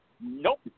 Nope